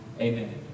Amen